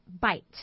bite